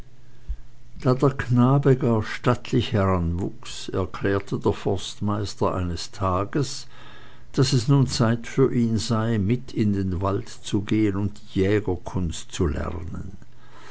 der knabe gar stattlich heranwuchs erklärte der forstmeister eines tages daß es nun zeit für ihn sei mit in den wald zu gehen und die jägerkunst zu lernen